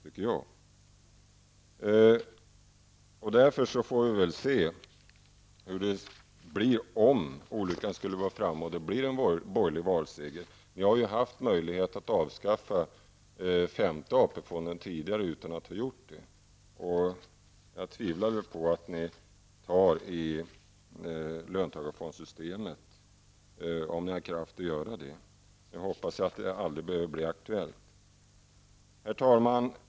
Vi får därför se hur det blir om olyckan skulle vara framme och det blir en borgerlig valseger. Ni har haft möjlighet att avskaffa fjärde AP-fonden tidigare utan att ha gjort det. Jag tvivlar på att ni har kraft att avskaffa löntagarfondssystemet. Jag hoppas att det aldrig behöver bli aktuellt. Herr talman!